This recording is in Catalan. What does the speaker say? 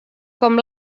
com